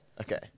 Okay